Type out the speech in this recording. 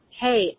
hey